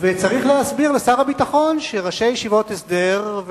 צריך להסביר לשר הביטחון שראשי ישיבות הסדר,